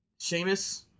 Seamus